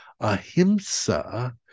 ahimsa